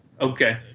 Okay